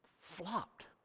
flopped